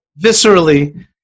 viscerally